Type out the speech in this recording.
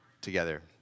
together